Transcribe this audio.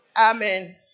Amen